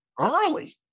early